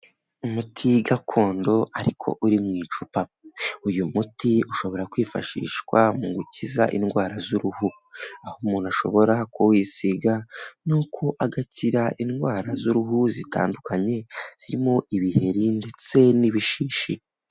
Umuti gakondo ariko uri mu icupa. Uyu muti ushobora kwifashishwa mu gukiza indwara z'uruhu, aho umuntu ashobora kuwisiga n'uko agakira indwara z'uruhu zitandukanye zirimo ibiheri ndetse n'ibishishi.